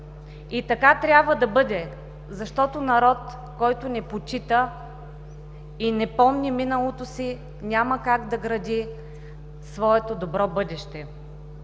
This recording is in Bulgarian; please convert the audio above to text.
И така трябва да бъде! Защото народ, който не почита и не помни миналото си, няма как да гради своето добро бъдеще.